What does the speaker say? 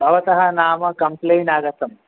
भवतः नाम कम्प्लेन्ट् आगतं